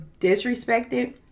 disrespected